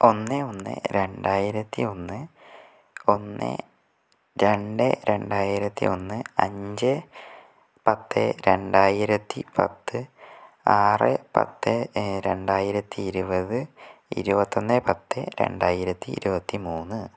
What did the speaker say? ഒന്ന് ഒന്ന് രണ്ടായിരത്തി ഒന്ന് ഒന്ന് രണ്ട് രണ്ടായിരത്തി ഒന്ന് അഞ്ച് പത്ത് രണ്ടായിരത്തി പത്ത് ആറ് പത്ത് രണ്ടായിരത്തി ഇരുപത് ഇരുപത്തൊന്ന് പത്ത് രണ്ടായിരത്തി ഇരുപത്തിമൂന്ന്